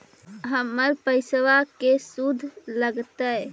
हमर पैसाबा के शुद्ध लगतै?